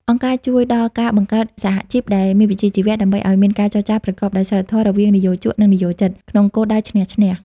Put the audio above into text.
អង្គការជួយដល់ការបង្កើតសហជីពដែលមានវិជ្ជាជីវៈ ដើម្បីឱ្យមានការចរចាប្រកបដោយសីលធម៌រវាងនិយោជក និងនិយោជិត ក្នុងគោលដៅឈ្នះ-ឈ្នះ។